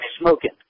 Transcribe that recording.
smoking